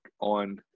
on